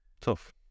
Tough